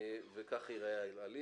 אנחנו לא ראינו לחרוג כאן.